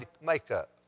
makeup